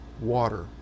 water